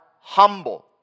humble